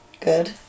Good